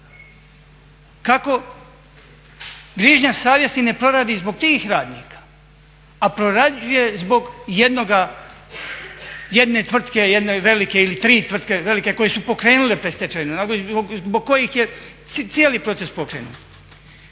Kako grižnja savjesti ne proradi zbog tih radnika, a prorađuje zbog jedne tvrtke, jedne velike ili tri tvrtke velike koje su pokrenule predstečajnu nagodbu, zbog kojih je cijeli proces pokrenut.